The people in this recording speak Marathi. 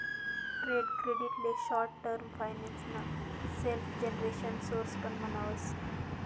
ट्रेड क्रेडिट ले शॉर्ट टर्म फाइनेंस ना सेल्फजेनरेशन सोर्स पण म्हणावस